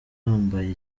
wambaye